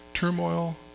Turmoil